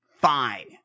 fine